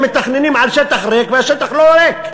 הם מתכננים על שטח ריק והשטח לא ריק,